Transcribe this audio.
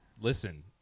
listen